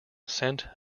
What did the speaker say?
scent